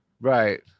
right